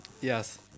Yes